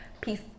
Peace